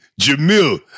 Jamil